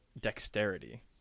dexterity